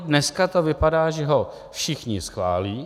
Dneska to vypadá, že ho všichni schválí.